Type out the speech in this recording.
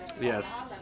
Yes